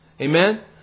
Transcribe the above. Amen